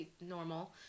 normal